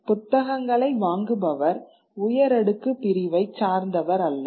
புத்தகங்களை வாங்குபவர் உயரடுக்கு பிரிவைச் சார்ந்தவர் அல்லர்